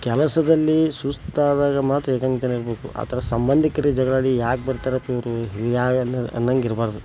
ಕೆಲಸದಲ್ಲಿ ಸುಸ್ತಾದಾಗ ಮಾತ್ರ ಏಕಾಂಗಿತನ ಇರಬೇಕು ಆ ಥರ ಸಂಬಂಧಿಕರೇ ಜಗಳಾಡಿ ಯಾಕೆ ಬರ್ತಾರಪ್ಪ ಇವರು ಹಿಂಗಾಗಿ ಅನ್ನಂಗಿರಬಾರ್ದು